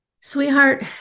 Sweetheart